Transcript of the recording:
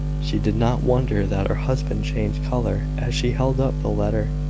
she did not wonder that her husband changed colour as she held up the letter.